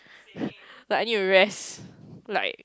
like I need to rest like